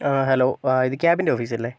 ആ ഹലോ ഇത് ക്യാമ്പിൻ്റെ ഓഫീസ് അല്ലേ